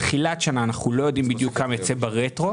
בתחילת שנה אנחנו לא יודעים בדיוק כמה יצא ברטרו.